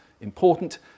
important